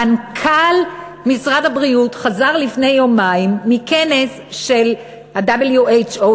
מנכ"ל משרד הבריאות חזר לפני יומיים מכנס של ה-WHO,